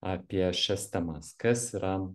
apie šias temas kas yra